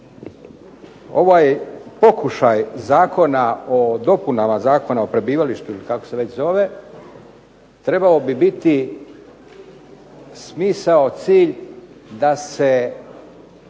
Ovaj pokušaj zakona o dopunama Zakona o prebivalištu ili kako se već zove trebao bi biti smisao, cilj da se